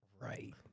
right